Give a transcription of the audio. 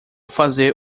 fazer